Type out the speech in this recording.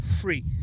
free